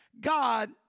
God